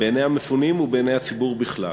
בעיני המפונים ובעיני הציבור בכלל.